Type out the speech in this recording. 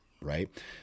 Right